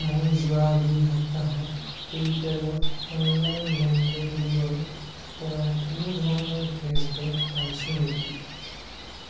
মই যোৱা দুই সপ্তাহত পে'পেলত অনলাইন লেনদেনবোৰৰ পৰা কোনো ধৰণৰ কেশ্ব বেক পাইছোঁ নেকি